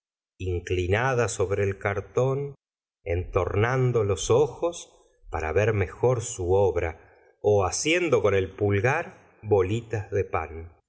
inclinada sobre el cartón entornando los ojos para ver mejor su obra ó haciendo con el pulgar bolitas de pan